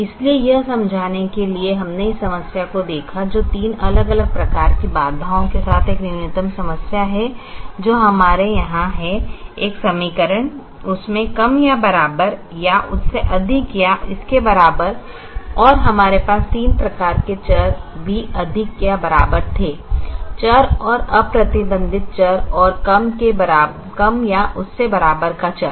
इसलिए यह समझाने के लिए कि हमने इस समस्या को देखा जो 3 अलग अलग प्रकार की बाधाओं के साथ एक न्यूनतम समस्या है जो हमारे यहाँ है एक समीकरण उससे कम या बराबर या उससे अधिक या इसके बराबर और हमारे पास 3 प्रकार के चर भी अधिक या बराबर थे चर और अप्रतिबंधित चर और उससे कम या उससे बराबर का चर